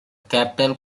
capital